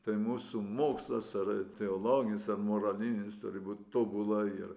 tai mūsų mokslas ar teologinis ar moralinis turi būti tobulai ir